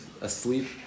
asleep